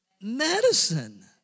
medicine